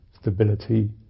stability